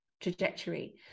trajectory